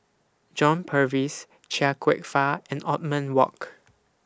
John Purvis Chia Kwek Fah and Othman Wok